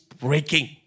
breaking